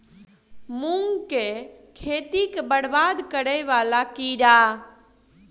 मूंग की खेती केँ बरबाद करे वला कीड़ा?